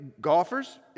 golfers